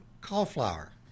cauliflower